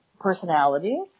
personality